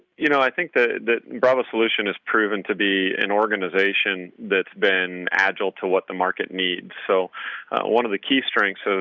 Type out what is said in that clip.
you know i think that bravo solution has proven to be an organization that's been agile to what the market needs. so one of the key strengths so